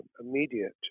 immediate